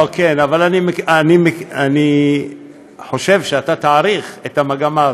כן, אבל אני חושב שאתה תעריך את המגמה הזאת.